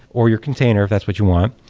or your container if that's what you want,